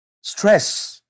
stress